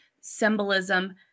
symbolism